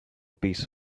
piece